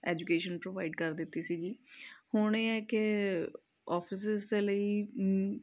education provide ਕਰ ਦਿੱਤੀ ਸੀਗੀ ਹੁਣ ਇਹ ਹੈ ਕਿ ਔਫਿਸਸ ਦੇ ਲਈ